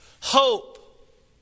Hope